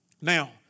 Now